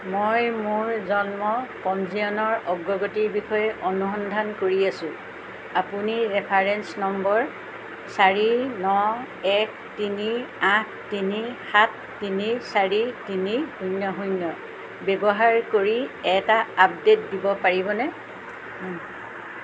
মই মোৰ জন্ম পঞ্জীয়নৰ অগ্ৰগতিৰ বিষয়ে অনুসন্ধান কৰি আছোঁ আপুনি ৰেফাৰেন্স নম্বৰ চাৰি ন এক তিনি আঠ তিনি সাত তিনি চাৰি তিনি শূন্য় শূন্য় ব্যৱহাৰ কৰি এটা আপডেট দিব পাৰিবনে